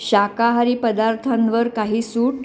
शाकाहारी पदार्थांवर काही सूट